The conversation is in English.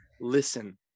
listen